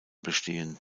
bestehen